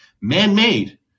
Man-made